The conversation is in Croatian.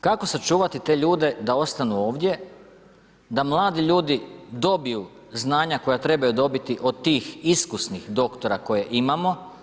Kako sačuvati te ljude da ostanu ovdje, da mladi ljudi dobiju znanju koja trebaju dobiti od tih iskusnih doktora koje imamo?